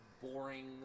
boring